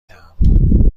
دهم